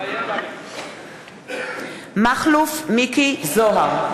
מתחייב אני מכלוף מיקי זוהר,